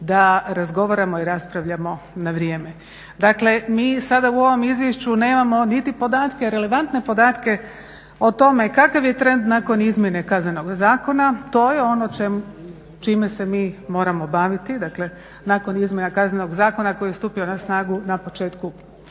da razgovaramo i raspravljamo na vrijeme. Dakle, mi sada u ovom Izvješću nemamo niti podatke, relevantne podatke o tome kakav je trend nakon izmjene Kaznenog zakona. To je ono čime se mi moramo baviti, dakle nakon izmjena Kaznenog zakona koji je stupio na snagu na početku